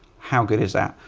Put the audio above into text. how good is that?